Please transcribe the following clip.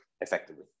effectively